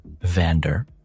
Vander